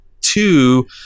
two